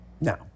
Now